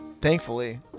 thankfully